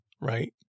Right